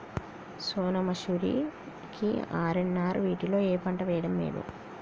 సోనా మాషురి కి ఆర్.ఎన్.ఆర్ వీటిలో ఏ పంట వెయ్యడం మేలు?